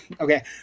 okay